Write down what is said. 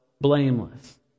blameless